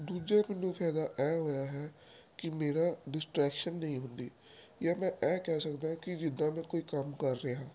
ਦੂਜੇ ਮੈਨੂੰ ਫਾਇਦਾ ਇਹ ਹੋਇਆ ਹੈ ਕਿ ਮੇਰਾ ਡਿਸਟਰੈਕਸ਼ਨ ਨਹੀਂ ਹੁੰਦੀ ਜਾਂ ਮੈਂ ਇਹ ਕਹਿ ਸਕਦਾ ਕਿ ਜਿੱਦਾਂ ਦਾ ਕੋਈ ਕੰਮ ਕਰ ਰਿਹਾ